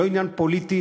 זה לא עניין פוליטי,